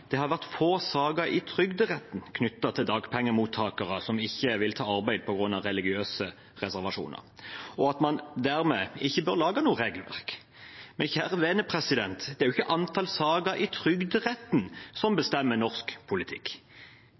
det har vært få saker i Trygderetten knyttet til dagpengemottakere som ikke vil ta arbeid på grunn av religiøse reservasjoner, og at man dermed ikke bør lage noe regelverk. Men kjære vene, det er jo ikke antall saker i Trygderetten som bestemmer norsk politikk.